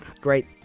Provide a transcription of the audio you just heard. Great